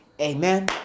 Amen